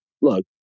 Look